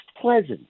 pleasant